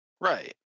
Right